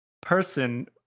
person